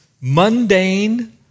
mundane